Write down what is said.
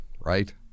right